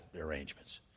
arrangements